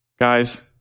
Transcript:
Guys